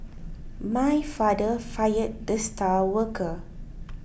my father fired the star worker